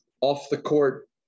off-the-court